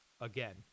Again